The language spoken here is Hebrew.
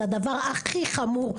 זה הדבר הכי חמור.